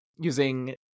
using